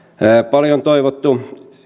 paljon toivottu